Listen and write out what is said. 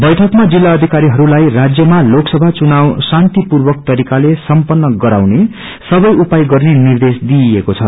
बैठकमा जिल्लाअधिकारीहरूलाई राज्यमा लोकसभा चुनाव शान्ति पूर्वक तरीकाले सम्पन्न गराउने सबै उपाय गत्ने निर्देश दिइएको छ